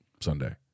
Sunday